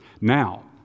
Now